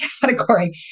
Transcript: category